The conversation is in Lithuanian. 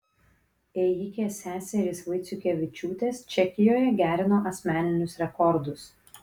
ėjikės seserys vaiciukevičiūtės čekijoje gerino asmeninius rekordus